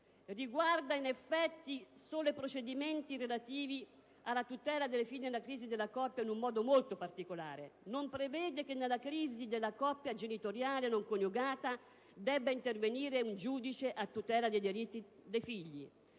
Riguarda in effetti solo i procedimenti relativi alla tutela dei figli nella crisi della coppia, in un modo molto particolare: non prevede che nella crisi della coppia genitoriale non coniugata debba intervenire un giudice a tutela dei diritti dei figli;